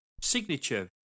signature